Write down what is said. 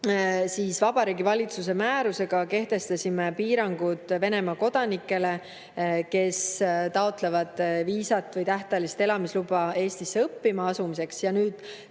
juulil Vabariigi Valitsuse määrusega me kehtestasime piirangud Venemaa kodanikele, kes taotlevad viisat või tähtajalist elamisluba Eestis õppima asumiseks. Ja nüüd,